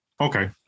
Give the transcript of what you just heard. Okay